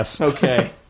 Okay